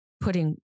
putting